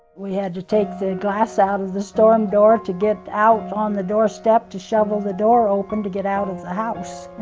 we had to take the glass out of the storm door to get out on the doorstep, to shovel the door open to get out of the house.